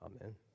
Amen